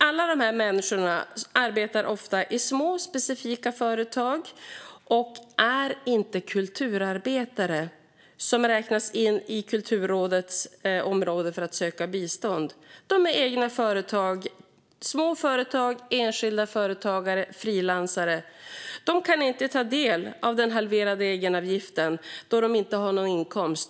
Alla dessa människor arbetar ofta i små specifika företag, och de är inte sådana kulturarbetare som räknas in i Kulturrådets område för att söka bistånd. De är egna företag. Det handlar om små företag, enskilda företagare och frilansare. De kan inte ta del av den halverade egenavgiften, då de inte har någon inkomst.